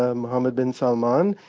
ah mohammed bin salman,